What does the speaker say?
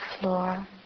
floor